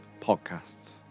Podcasts